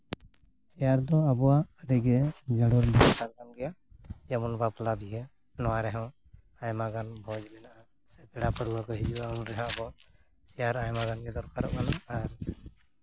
chair ᱫᱚ ᱟᱵᱚᱣᱟᱜ ᱨᱮᱜᱮ ᱠᱟᱱ ᱜᱮᱭᱟ ᱡᱮᱢᱚᱱ ᱵᱟᱯᱞᱟ ᱵᱤᱦᱟᱹ ᱱᱚᱣᱟ ᱨᱮᱦᱚᱸ ᱟᱭᱢᱟ ᱜᱟᱱ ᱵᱷᱚᱸᱡᱽ ᱢᱮᱱᱟᱜᱼᱟ ᱥᱮ ᱯᱮᱲᱟ ᱯᱟᱹᱲᱦᱟᱹ ᱠᱚ ᱦᱤᱡᱩᱜᱼᱟ ᱩᱱ ᱨᱮᱦᱟᱸᱜ ᱟᱵᱚ ᱪᱮᱭᱟᱨ ᱟᱭᱢᱟᱜᱟᱱ ᱜᱮ ᱫᱚᱨᱠᱟᱨᱚᱜ ᱠᱟᱱᱟ ᱟᱨ